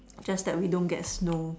just that we don't get snow